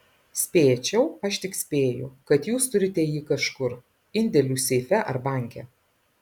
spėčiau aš tik spėju kad jūs turite jį kažkur indėlių seife ar banke